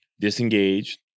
disengaged